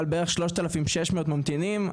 על בערך 2,600 ממתינים.